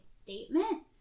statement